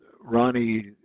Ronnie